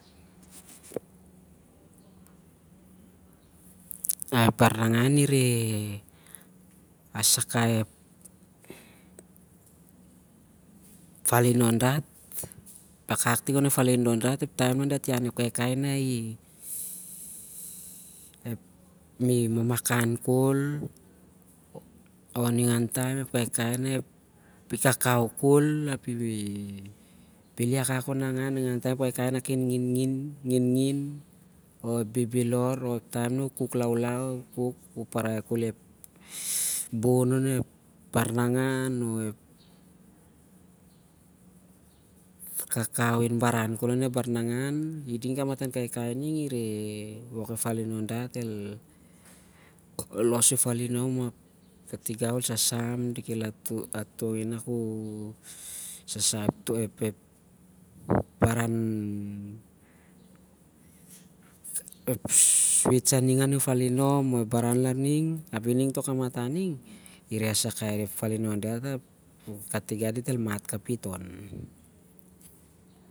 Ep baran nangan ning nah ireh asakai ep falinon dat, akak ting onep falinon dat ep taem nah- dat ian ep kaikai nah- i- mamakan khol o- ningan taem ep kaikai nah ki nginngin. o- ep bibilor o- ep taem nah u- kuk laulau, o- u- parai khol ep bon onep bar nangan o- ep kaikai in- baran khol onep bar- nangan, i ding kamatan kaikai ning el wok- ep. falinon dat el, los ep falinom ap katigau ol sasam ap, a tohi i-ep- baran ep sweets aning an falinom or i toh kamatan ning i reh sasakai ep falinon dat ap, katigau det el mat kapit on.